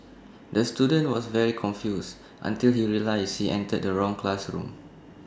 the student was very confused until he realised he entered the wrong classroom